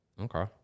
Okay